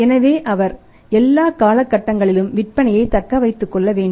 எனவே அவர் எல்லா காலகட்டங்களிலும் விற்பனையைத் தக்க வைத்துக்கொள்ள வேண்டும்